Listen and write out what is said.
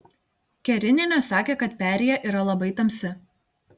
kerinienė sakė kad perėja yra labai tamsi